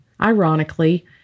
Ironically